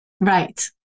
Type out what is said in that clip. Right